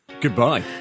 Goodbye